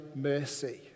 mercy